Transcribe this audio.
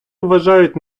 вважають